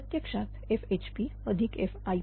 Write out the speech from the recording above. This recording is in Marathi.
प्रत्यक्षात FHPFIPFLP बरोबर 1